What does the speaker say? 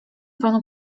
panu